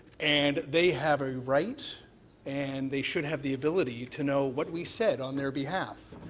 and they have a right and they should have the ability to know what we said on their behalf.